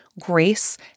grace